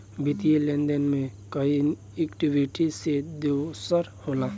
वित्तीय लेन देन मे ई इक्वीटी से दोसर होला